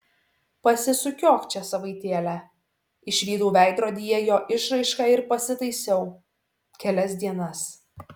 pasisukiok čia savaitėlę išvydau veidrodyje jo išraišką ir pasitaisiau kelias dienas